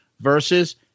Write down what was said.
verses